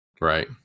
Right